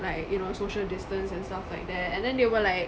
like you know social distance and stuff like that and then they were like